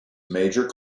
major